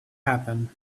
happen